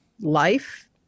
life